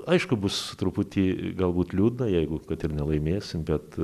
aišku bus truputį galbūt liūdna jeigu kad ir nelaimėsim bet